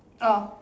oh